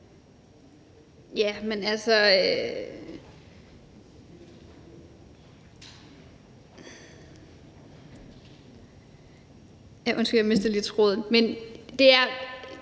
Ja, men altså ... Undskyld, jeg mistede lige tråden. Liberal